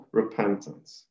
repentance